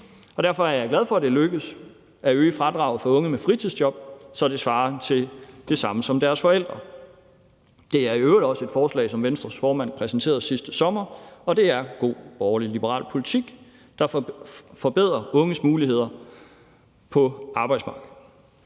Derfor er jeg glad for, at det lykkedes at øge fradraget for unge med fritidsjob, så det svarer til deres forældres. Det er i øvrigt også et forslag, som Venstres formand præsenterede sidste sommer, og det er god borgerlig-liberal politik, der forbedrer unges muligheder på arbejdsmarkedet.